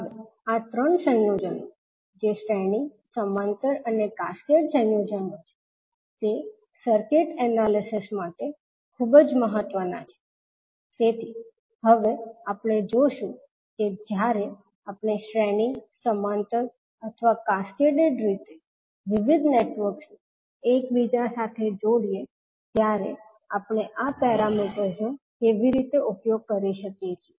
હવે આ 3 સંયોજનો જે શ્રેણી સમાંતર અને કેસ્કેડ સંયોજનો છે તે સર્કિટ એનાલિસિસ માટે ખૂબ જ મહત્વાના છે તેથી આપણે હવે જોશું કે જ્યારે આપણે શ્રેણી સમાંતર અથવા કેસ્કેડેડ રીતે વિવિધ નેટવર્ક્સ ને એકબીજા સાથે જોડીએ ત્યારે આપણે આ પેરામીટર્સનો કેવી રીતે ઉપયોગ કરી શકીએ છીએ